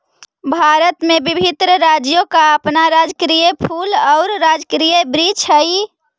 भारत में विभिन्न राज्यों का अपना राजकीय फूल और राजकीय वृक्ष हई